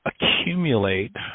accumulate